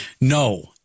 No